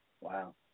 wow